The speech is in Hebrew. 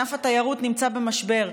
ענף התיירות נמצא במשבר,